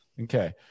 okay